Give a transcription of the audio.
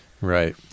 Right